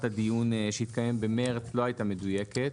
הדיון שהתקיים במרס לא הייתה מדויקת.